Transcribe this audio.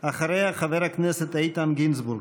אחריה, חבר הכנסת איתן גינזבורג.